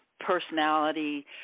personality